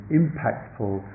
impactful